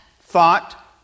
thought